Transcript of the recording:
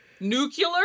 Nuclear